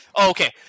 Okay